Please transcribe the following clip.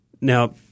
Now